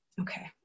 okay